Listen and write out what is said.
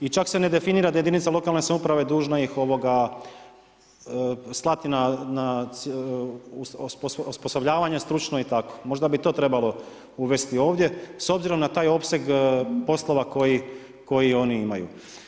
I čak se ne definira da su jedinice lokalne samouprave dužne ih slati na osposobljavanje stručno i tako, možda bi to trebalo uvesti ovdje s obzirom na taj opseg poslova koji oni imaju.